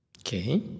Okay